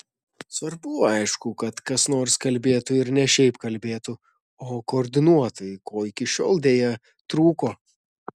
svarbu aišku kad kas nors kalbėtų ir ne šiaip kalbėtų o koordinuotai ko iki šiol deja trūko